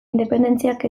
independentziak